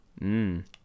Mmm